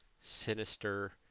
sinister